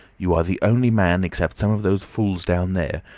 you are the only man except some of those fools down there,